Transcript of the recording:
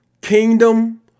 kingdom